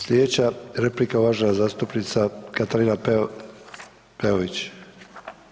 Slijedeća replika uvažena zastupnica Katarina Peović.